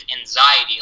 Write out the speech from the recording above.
anxiety